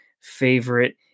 favorite